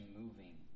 moving